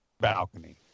balcony